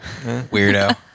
Weirdo